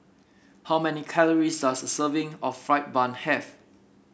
how many calories does a serving of fried bun have